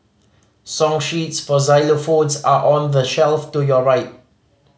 song sheets for xylophones are on the shelf to your right